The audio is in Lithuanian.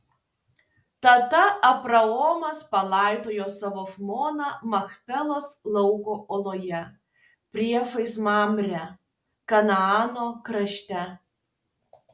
tada abraomas palaidojo savo žmoną machpelos lauko oloje priešais mamrę kanaano krašte